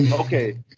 Okay